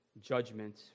judgment